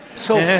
so,